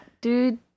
dude